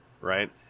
right